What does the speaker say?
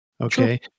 Okay